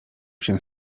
się